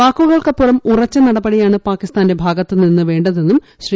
വാക്കുകൾക്കപ്പുറം ഉറച്ച നടപടിയാണ് പാകിസ്ഥാന്റെ ഭാഗത്തുനിന്ന് വേണ്ടതെന്നും ശ്രീ